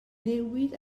newid